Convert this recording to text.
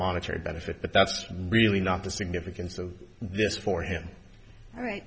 monetary benefit but that's really not the significance of this for him right